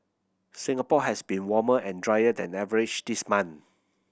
Singapore has been warmer and drier than average this month